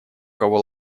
кого